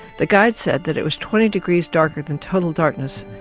the guide said that it was twenty degrees darker than total darkness,